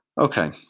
Okay